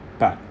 but